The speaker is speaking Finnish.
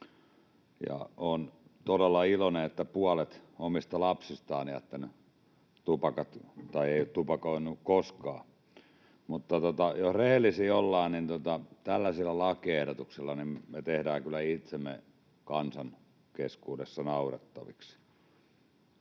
olen todella iloinen, että puolet omista lapsistani ei ole tupakoinut koskaan. Mutta jos rehellisiä ollaan, niin tällaisilla lakiehdotuksilla me tehdään kyllä itsemme kansan keskuudessa naurettaviksi.